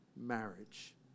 marriage